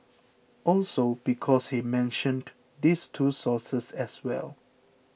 also because he mentioned these two sources as well